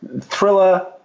Thriller